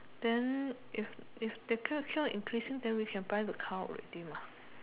then if if later keep on increasing then we can buy the car already mah